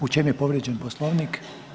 U čemu je povrijeđen poslovnik?